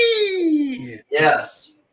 Yes